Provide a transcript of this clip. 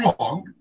wrong